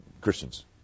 Christians